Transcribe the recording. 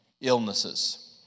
illnesses